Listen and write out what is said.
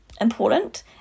important